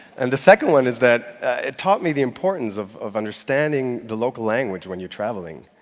and the second one is that it taught me the importance of of understanding the local language when you're traveling.